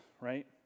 right